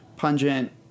pungent